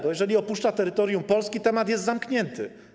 Bo jeżeli opuszcza terytorium Polski, temat jest zamknięty.